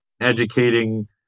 educating